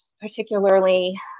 particularly